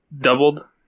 doubled